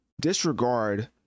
disregard